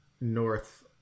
north